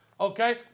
okay